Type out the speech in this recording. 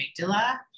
amygdala